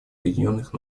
объединенных